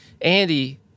Andy